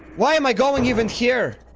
why am i going even here?